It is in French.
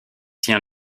tient